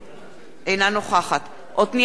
אינה נוכחת עתניאל שנלר,